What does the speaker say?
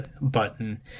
button